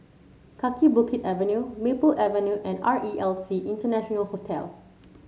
Kaki Bukit Avenue Maple Avenue and R E L C International Hotel